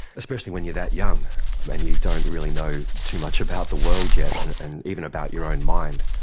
especially when you that young and you don't really know too much about the world yet and even about your own mind.